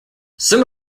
some